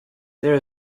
there